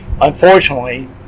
Unfortunately